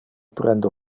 prende